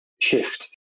shift